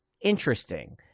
interesting